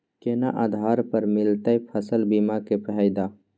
केना आधार पर मिलतै फसल बीमा के फैदा?